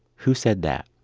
who said that?